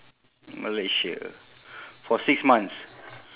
malaysia for six months